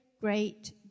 great